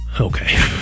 Okay